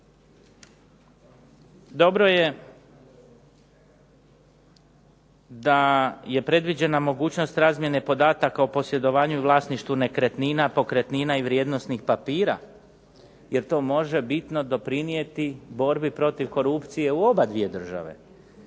Dobro je da je predviđena mogućnost razmjene podataka o posjedovanju i vlasništvu nekretnina, pokretnina i vrijednosnih papira, jer to može bitno doprinijeti borbi protiv korupcije u obadvije države.